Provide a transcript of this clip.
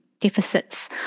deficits